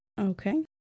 Okay